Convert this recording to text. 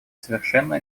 совершенно